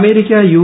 America U